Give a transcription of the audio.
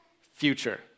future